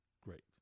great